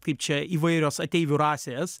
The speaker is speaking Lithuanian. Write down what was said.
kaip čia įvairios ateivių rasės